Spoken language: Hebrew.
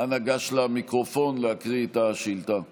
אנא גש למיקרופון להקריא את השאילתה הרגילה.